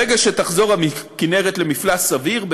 ברגע שהכינרת תחזור למפלס סביר,